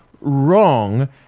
Wrong